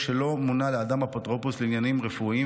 שלא מונה לאדם אפוטרופוס לעניינים רפואיים,